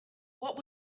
what